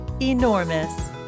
enormous